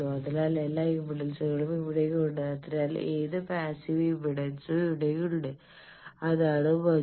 അതിനാൽ എല്ലാ ഇംപെഡൻസുകളും ഇവിടെയുണ്ട് അതിനാൽ ഏത് പാസ്സീവ് ഇംപെഡൻസും ഇവിടെയുണ്ട് അതാണ് ഭംഗി